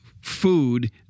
food